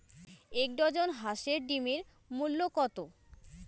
এক ডজন হাঁসের ডিমের মূল্য কত?